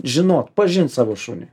žinot pažint savo šunį